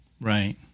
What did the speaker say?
Right